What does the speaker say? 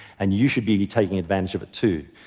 and you should be be taking advantage of it, too.